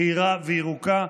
מהירה וירוקה,